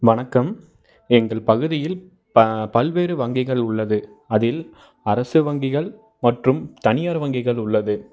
வணக்கம் எங்கள் பகுதியில் ப பல்வேறு வங்கிகள் உள்ளது அதில் அரசு வங்கிகள் மற்றும் தனியார் வங்கிகள் உள்ளது